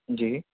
جی